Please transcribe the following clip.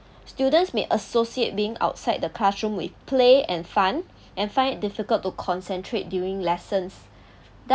students may associate being outside the classroom with play and fun and find it difficult to concentrate during lessons thus